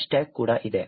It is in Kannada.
ಹ್ಯಾಶ್ಟ್ಯಾಗ್ ಕೂಡ ಇದೆ